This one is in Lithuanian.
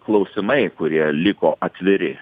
klausimai kurie liko atviri